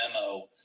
memo